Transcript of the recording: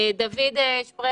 דוד שפרכר,